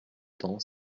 temps